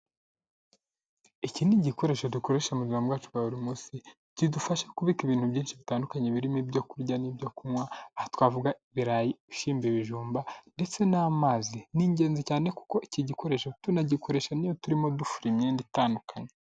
Iki ni igikoresho dukoresha mu buzima bwacu bwa buri munsi, kidufasha kubika ibintu byinshi bitandukanye birimo ibyo kurya n'ibyo kunywa: aha twavuga ibirayi, ibishyimbo, ibijumba, ndetse n'amazi. Ni ingenzi cyane kuko iki gikoresho tunagikoresha n'iyo turimo dufura imyenda itandukanye.